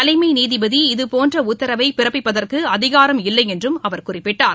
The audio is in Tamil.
தலைமை நீதிபதி இதுபோன்ற உத்தரவை பிறப்பிப்பதற்கு அதிகாரம் இல்லையென்றும் அவர் குறிப்பிட்டார்